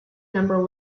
number